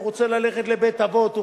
הוא רוצה ללכת לבית-אבות,